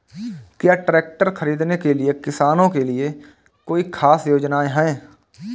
क्या ट्रैक्टर खरीदने के लिए किसानों के लिए कोई ख़ास योजनाएं हैं?